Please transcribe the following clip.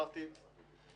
בסדר.